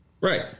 Right